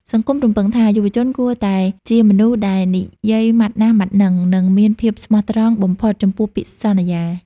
សង្គមរំពឹងថា យុវជនគួរតែ "ជាមនុស្សដែលនិយាយម៉ាត់ណា ម៉ាត់ហ្នឹង" និងមានភាពស្មោះត្រង់បំផុតចំពោះពាក្យសន្យា។